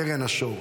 קרן השור.